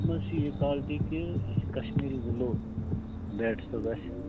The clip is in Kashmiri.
اَتھ مَنٛز چھِ یہِ کالٹی کہِ یہِ چھِ کشمیٖری وِلو بیٹس حظ اَسہِ